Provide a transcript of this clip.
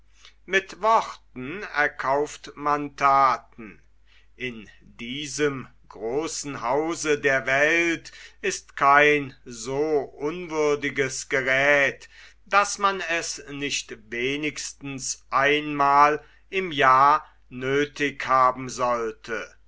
mit worten erkauft man thaten in diesem großen hause der welt ist kein so unwürdiges geräth daß man es nicht wenigstens ein mal im jahre nöthig haben sollte